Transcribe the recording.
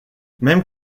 même